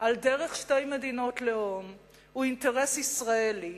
על דרך שתי מדינות לאום הוא אינטרס ישראלי,